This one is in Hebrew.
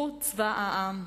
הוא צבא העם.